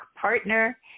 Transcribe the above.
partner